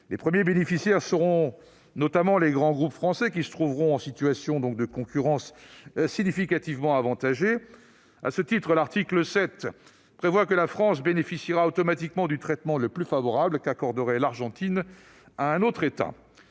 Les premiers bénéficiaires de cet accord seront notamment les grands groupes français qui se trouveront en situation de concurrence significativement avantagée. À cet égard, l'article 7 de l'avenant prévoit que la France bénéficiera automatiquement du traitement le plus favorable que l'Argentine accorderait à autre État.